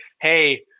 Hey